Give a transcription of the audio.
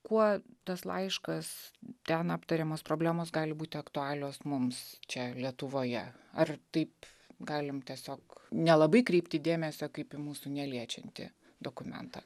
kuo tas laiškas ten aptariamos problemos gali būti aktualios mums čia lietuvoje ar taip galim tiesiog nelabai kreipti dėmesio kaip į mūsų neliečianti dokumentą